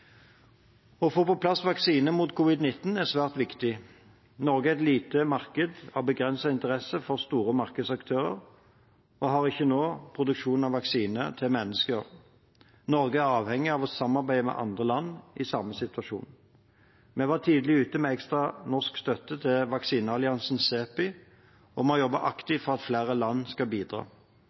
Å få på plass vaksine mot covid-19 er svært viktig. Norge er et lite marked av begrenset interesse for store markedsaktører og har ikke nå produksjon av vaksiner til mennesker. Norge er avhengig av å samarbeide med andre land i samme situasjon. Vi var tidlig ute med ekstra norsk støtte til vaksinealliansen CEPI, og vi har jobbet aktivt for at flere land skal bidra.